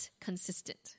consistent